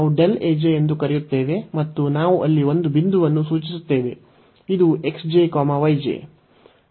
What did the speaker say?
ನಾವು ಎಂದು ಕರೆಯುತ್ತೇವೆ ಮತ್ತು ನಾವು ಅಲ್ಲಿ ಒಂದು ಬಿಂದುವನ್ನು ಸೂಚಿಸುತ್ತೇವೆ ಇದು x j y j